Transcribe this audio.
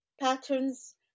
patterns